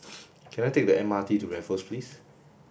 can I take the M R T to Raffles Place